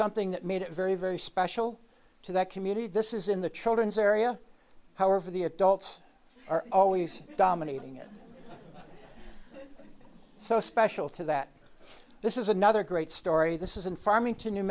something that made it very very special to that community this is in the children's area however the adults are always dominating it so special to that this is another great story this is in farmington new